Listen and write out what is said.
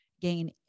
gain